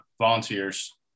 volunteers